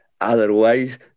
otherwise